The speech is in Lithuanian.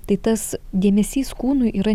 tai tas dėmesys kūnui yra